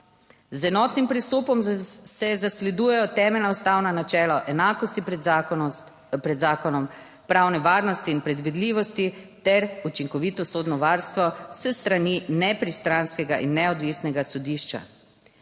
Z enotnim pristopom se zasledujejo temeljna ustavna načela enakosti pred zakonom pravne varnosti in predvidljivosti ter učinkovito sodno varstvo s strani nepristranskega in neodvisnega sodišča.